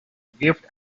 gifts